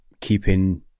keeping